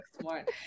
smart